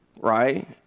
right